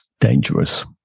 dangerous